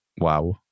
Wow